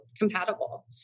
compatible